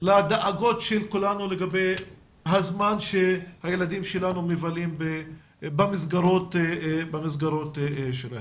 לדאגות של כולנו לגבי הזמן שהילדים שלנו מבלים במסגרות האלה.